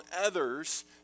others